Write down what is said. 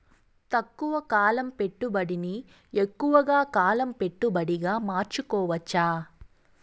తక్కువ కాలం పెట్టుబడిని ఎక్కువగా కాలం పెట్టుబడిగా మార్చుకోవచ్చా?